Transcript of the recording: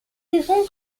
saisons